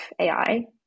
AI